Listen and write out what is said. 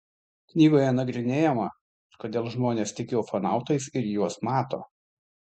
knygoje nagrinėjama kodėl žmonės tiki ufonautais ir juos mato